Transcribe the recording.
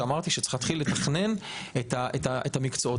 כשאמרתי שצריך להתחיל לתכנן את המקצועות